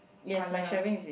colour